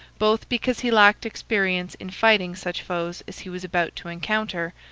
both because he lacked experience in fighting such foes as he was about to encounter,